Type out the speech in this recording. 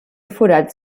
forats